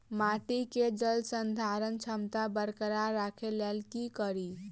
माटि केँ जलसंधारण क्षमता बरकरार राखै लेल की कड़ी?